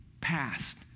past